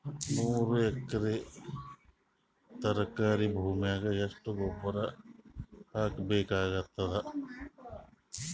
ಮೂರು ಎಕರಿ ತರಕಾರಿ ಭೂಮಿಗ ಎಷ್ಟ ಗೊಬ್ಬರ ಹಾಕ್ ಬೇಕಾಗತದ?